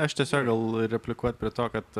aš tiesiog gal replikuot prie to kad